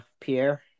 Pierre